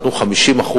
נתנו 50%,